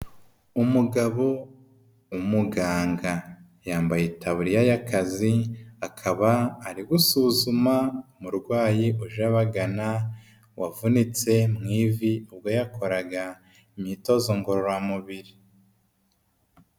Umugabo w'umuganga, yambaye itaburiya y'akazi akaba ari gusuzuma umurwayi uje abagana wavunitse mu ivi ubwo yakoraga imitozo ngororamubiri.